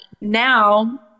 now